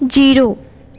zero